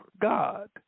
God